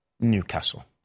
Newcastle